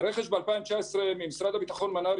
רכש משרד הביטחון מנה"ר,